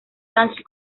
sachs